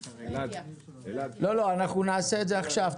לא, לא, אנחנו נעשה את זה עכשיו.